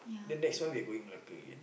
then next one you're going Malacca again